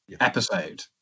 episode